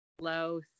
low